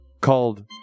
called